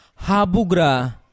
Habugra